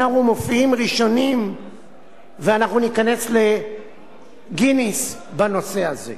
אנחנו מופיעים ראשונים ואנחנו ניכנס לגינס בנושא הזה.